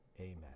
Amen